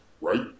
right